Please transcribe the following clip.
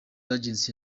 agency